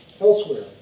Elsewhere